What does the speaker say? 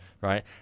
right